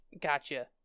Gotcha